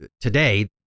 today